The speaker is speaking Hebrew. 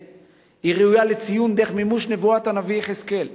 ראויה לציון דרך מימוש נבואת הנביא יחזקאל,